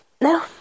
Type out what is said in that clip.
no